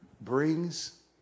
brings